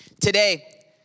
Today